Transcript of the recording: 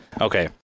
Okay